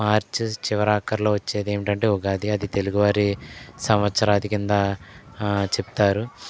మార్చు చివరాఖర్లో వచ్చేదేమిటంటే ఉగాది అది తెలుగువారి సంవత్సరాది కింద చెప్తారు